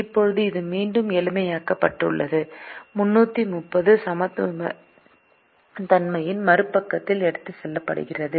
இப்போது இது மீண்டும் எளிமைப்படுத்தப்பட்டுள்ளது 330 சமத்துவமின்மையின் மறுபக்கத்திற்கு எடுத்துச் செல்லப்படுகிறது